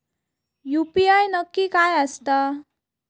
UPI नक्की काय आसता?